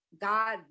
god